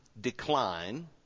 decline